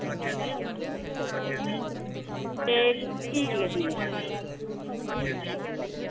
ते ठीक ऐ ठीक ऐ